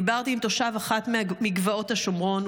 דיברתי עם תושב אחת מגבעות השומרון.